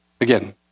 Again